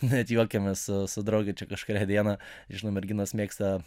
net juokiamės su drauge čia kažkurią dieną žino merginos mėgsta